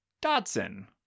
Dodson